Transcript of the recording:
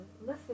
listen